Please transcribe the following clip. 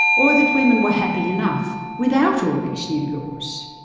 or that women were happy enough without all these new laws.